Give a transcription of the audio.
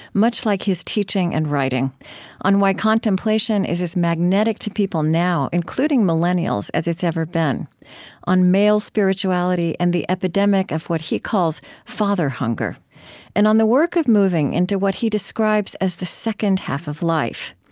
much like his teaching and writing on why contemplation is as magnetic to people now, including millennials, as it's ever been on male spirituality and the epidemic of what he calls father hunger and on the work of moving into what he describes as the second half of life.